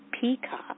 Peacock